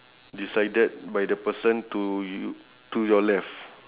decided by the person to y~ to your left